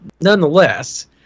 Nonetheless